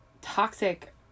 toxic